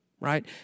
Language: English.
right